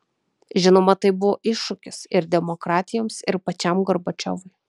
žinoma tai buvo iššūkis ir demokratijoms ir pačiam gorbačiovui